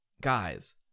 Guys